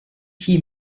key